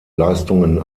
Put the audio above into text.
leistungen